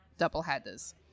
doubleheaders